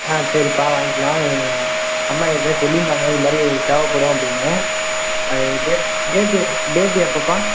ஆ சரிப்பா வாங்கிக்கிலாம் அம்மா ஏற்கனவே சொல்லியிருந்தாங்க இது மாதிரி தேவைப்படும் அப்படின்னு அது டேட் டேட்டு டேட் எப்போதுப்பா